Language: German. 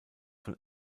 von